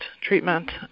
treatment